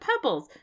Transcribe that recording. pebbles